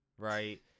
Right